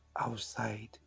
Outside